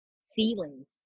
ceilings